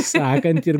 sakant ir